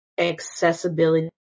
accessibility